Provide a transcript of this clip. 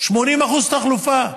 80% תחלופה.